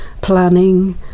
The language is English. planning